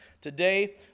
Today